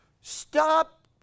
stop